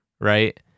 Right